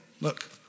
look